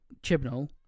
chibnall